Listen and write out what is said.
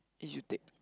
you should take